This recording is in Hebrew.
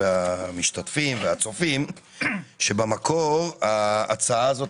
המשתתפים והצופים שבמקור ההצעה הזאת